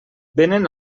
vénen